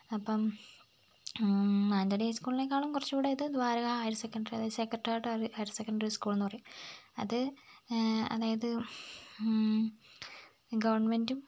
അപ്പം മാനന്തവാടി ഹൈ സ്കൂളിനേക്കാളും കുറച്ചുകൂടെ ഇത് ദ്വാരക ഹയർ സെക്കണ്ടറി അതായത് സെക്കട്ടേറ്ററി ഹയർ സെക്കണ്ടറി സ്കൂൾ എന്ന് പറയും അത് അതായത് ഗവൺമെൻറ്റും